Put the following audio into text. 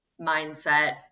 mindset